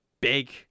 big